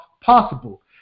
possible